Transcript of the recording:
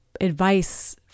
advice